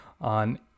on